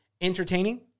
entertaining